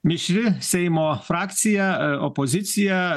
mišri seimo frakcija opozicija